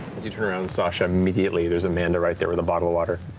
as you turn around, sasha, immediately there's amanda right there with a bottle of water.